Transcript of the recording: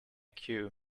queue